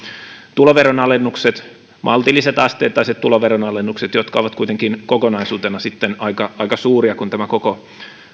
tuloveron alennukset maltilliset asteittaiset tuloveron alennukset jotka ovat kuitenkin kokonaisuutena aika aika suuria kun tämä koko